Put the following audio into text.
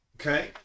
Okay